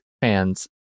fans